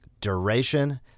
duration